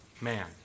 man